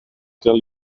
tell